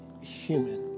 human